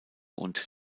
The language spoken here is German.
und